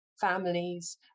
families